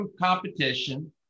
competition